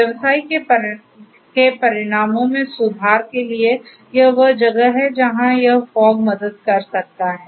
व्यवसाय के परिणामों में सुधार के लिए यह वह जगह है जहाँ यह फॉग मदद कर सकता है